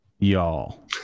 y'all